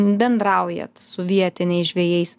bendraujat su vietiniais žvejais